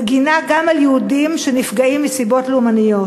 מגינה גם על יהודים שנפגעים מסיבות לאומניות?